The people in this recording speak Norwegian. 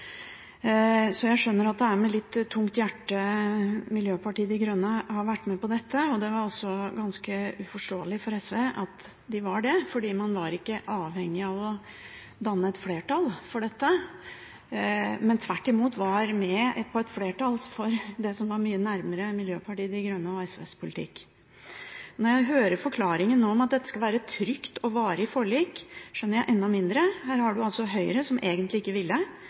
Så jeg skjønner at det er med litt tungt hjerte Miljøpartiet De Grønne har vært med på dette, og det var også ganske uforståelig for SV at de var det, for man var ikke avhengig av å danne et flertall for dette, men tvert imot var med på et flertall for det som var mye nærmere Miljøpartiet De Grønnes og SVs politikk. Når jeg nå hører forklaringen om at dette skal være et trygt og varig forlik, skjønner jeg enda mindre, for her har man Høyre, som egentlig ikke ville